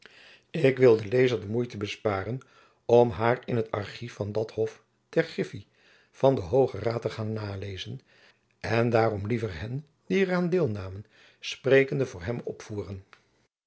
ik wil den lezer de moeite sparen om haar in het archief van dat hof ter griffie van den hoogen raad te gaan nalezen en daarom liever hen die er aan deel namen sprekende voor hem opvoeren